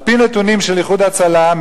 על-פי נתונים של "איחוד הצלה",